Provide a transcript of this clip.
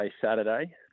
Saturday